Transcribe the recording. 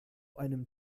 einem